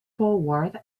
forward